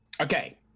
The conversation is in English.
Okay